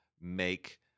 make